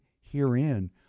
herein